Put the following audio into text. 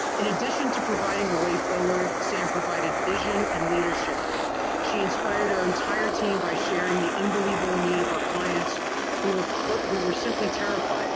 in addition to providing a way forward sam provided vision and leadership she inspired our entire team by sharing the unbelievable need of our clients who were for who were simply terrified